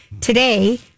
today